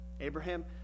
Abraham